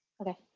Okay